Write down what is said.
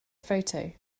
photo